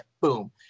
Boom